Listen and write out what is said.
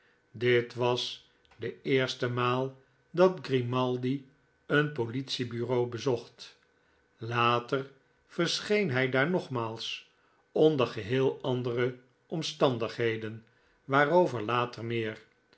dit was de eerste maal dat grimaldi een politie-bureau bezocht later verscheen hij daar nogmaals onder geheel andere omstandigheden waarover later meer